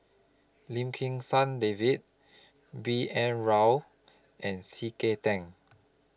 Lim Kim San David B N Rao and C K Tang